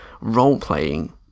role-playing